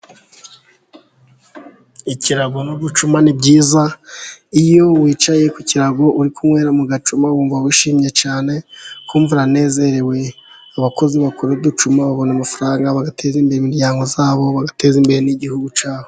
Ikirango n'uducuma ni byiza, iyo wicaye ku kirago uri kunywera mu gacuma wumva wishimye cyane ukumva uranezerewe. Abakozi bakora uducuma babona amafaranga bagateza imbere imiryango yabo, bagateze imbere n'igihugu cyabo.